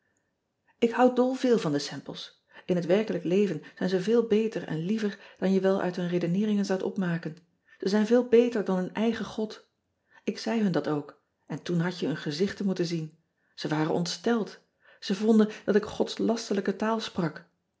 k hou dolveel van de emples n het werkelijk leven zijn ze veel beter en liever dan jee wel uit hun redeneeringen zoudt opmaken e zijn veel beter dan hun eigen od k zei hun dat ook en toen had je hun gezichten moeten zien e waren ontsteld e vonden dat ik godslasterlijke taal sprak